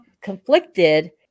conflicted